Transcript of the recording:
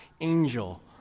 angel